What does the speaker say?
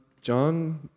John